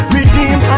Redeem